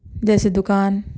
جیسے دکان